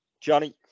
Johnny